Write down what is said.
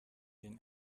den